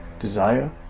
desire